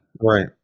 Right